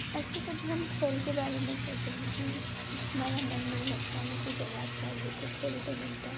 ऐसे कभी हम खेल के बारे में कहते हैं कि हमारा मन नहीं लगता मेरे को जवाब चाहिए तो खेल से मिलता है